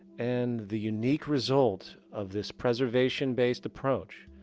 and the unique result of this preservation-based approach,